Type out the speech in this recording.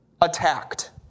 Attacked